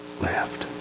left